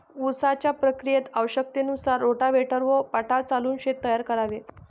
उसाच्या प्रक्रियेत आवश्यकतेनुसार रोटाव्हेटर व पाटा चालवून शेत तयार करावे